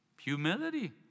Humility